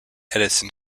edison